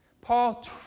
Paul